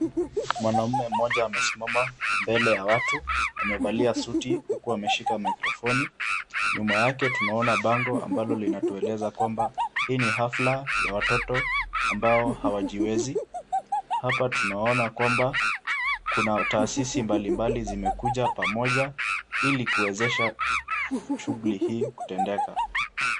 Mwanaume mmoja amesimama mbele ya watu, amevalia suti huku ameshika maikrofoni, nyuma yake tunaona bango ambalo linatueleza kwamba hii ni hafla ya watoto ambao hawajiwezi, hapa tunaona kwamba kuna tahasisi mbalimbali zimekuja pamoja ili kuwezesha shughuli hii kutendeka.